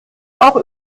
auch